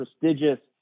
prestigious